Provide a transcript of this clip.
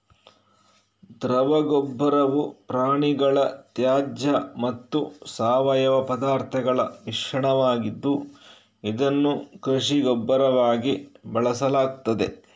ದ್ರವ ಗೊಬ್ಬರವು ಪ್ರಾಣಿಗಳ ತ್ಯಾಜ್ಯ ಮತ್ತು ಸಾವಯವ ಪದಾರ್ಥಗಳ ಮಿಶ್ರಣವಾಗಿದ್ದು, ಇದನ್ನು ಕೃಷಿ ಗೊಬ್ಬರವಾಗಿ ಬಳಸಲಾಗ್ತದೆ